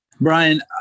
Brian